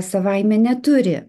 savaime neturi